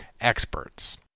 experts